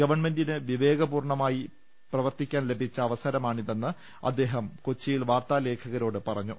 ഗവൺമെന്റിന് വിവേകപൂർവം പ്രവർത്തി ക്കാൻ ലഭിച്ച അവസരമാണിതെന്ന് അദ്ദേഹം കൊച്ചിയിൽ വാർത്താലേഖകരോട് പറഞ്ഞു